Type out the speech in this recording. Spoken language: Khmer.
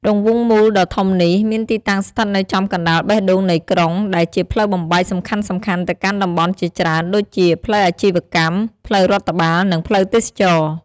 រង្វង់មូលដ៏ធំនេះ មានទីតាំងស្ថិតនៅចំកណ្តាលបេះដូងនៃក្រុង ដែលជាផ្លូវបំបែកសំខាន់ៗទៅកាន់តំបន់ជាច្រើន ដូចជា ផ្លូវអាជីវកម្ម ផ្លូវរដ្ឋបាល និងផ្លូវទេសចរណ៍។